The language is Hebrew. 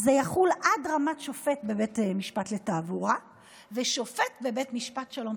זה יחול עד רמת שופט בבית משפט לתעבורה ושופט בבית משפט שלום.